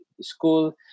school